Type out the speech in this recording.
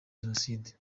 jenoside